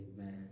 Amen